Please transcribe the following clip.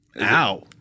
Ow